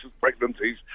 pregnancies